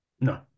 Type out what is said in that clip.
No